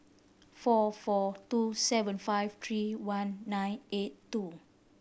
four four two seven five three one nine eight two